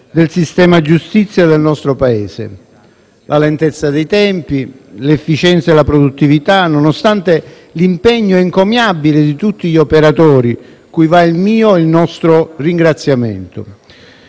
del sistema giustizia del nostro Paese: la lentezza dei tempi, l'efficienza e la produttività, nonostante l'impegno encomiabile di tutti gli operatori, cui va il mio e il nostro ringraziamento.